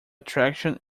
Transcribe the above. attraction